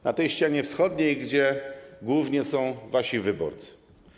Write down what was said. Na ścianie wschodniej, gdzie głównie są wasi wyborcy.